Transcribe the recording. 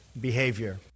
behavior